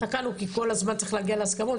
תקענו כי כל הזמן צריך להגיע להסכמות,